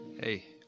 Hey